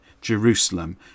Jerusalem